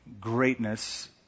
greatness